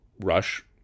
rush